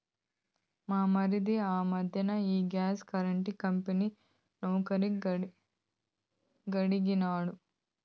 మా మరిది ఆ మధ్దెన ఈ గ్యాస్ కరెంటు కంపెనీ నౌకరీ కడిగినాడు